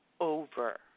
over